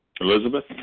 Elizabeth